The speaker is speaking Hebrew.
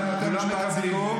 הוא רואה שזו מדינת חורבן,